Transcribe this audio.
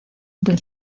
del